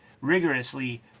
rigorously